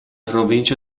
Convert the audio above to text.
provincia